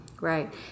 Right